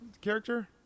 character